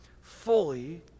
fully